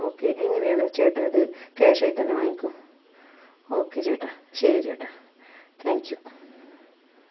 okay എങ്ങനെയാണ് ചേട്ടനിത് cash ആയി തന്നെ വാങ്ങിക്കുമോ ഓക്കെ ചേട്ടാ ശരി ചേട്ടാ താങ്ക് യു